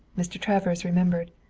mr. travers remembered.